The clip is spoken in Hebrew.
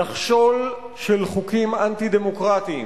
נחשול של חוקים אנטי-דמוקרטיים